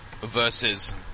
versus